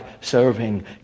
serving